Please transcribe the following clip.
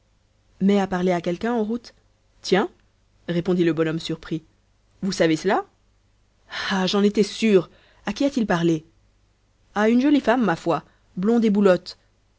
mai a parlé à quelqu'un en route tiens répondit le bonhomme surpris vous savez cela ah j'en étais sûr à qui a-t-il parlé à une jolie femme ma foi blonde et boulotte